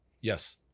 Yes